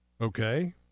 Okay